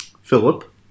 philip